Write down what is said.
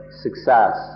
success